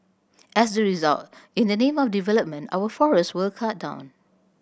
as a result in the name of development our forests were cut down